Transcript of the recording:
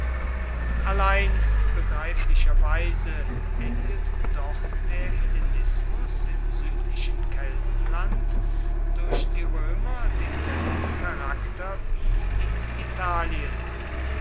allein begreiflicherweise erhielt doch der hellenismus im südlichen keltenland durch die römer denselben charakter wie in italien